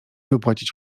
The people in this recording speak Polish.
wypłacić